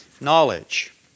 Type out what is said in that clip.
knowledge